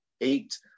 Eight